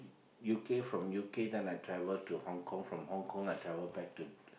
U_K from U_K then I travelled to Hong-Kong from Hong-Kong I travelled back to